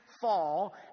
fall